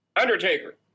Undertaker